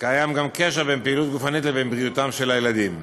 קיים קשר בין פעילות גופנית לבין בריאותם של הילדים.